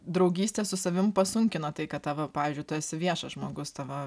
draugystę su savim pasunkino tai kad pavyzdžiui tu esi viešas žmogus tavo